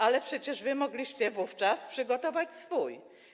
Ale przecież mogliście wówczas przygotować swój.